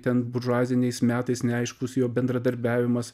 ten buržuaziniais metais neaiškus jo bendradarbiavimas